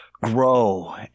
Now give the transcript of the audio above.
grow